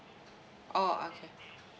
oh okay